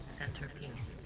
centerpiece